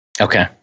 Okay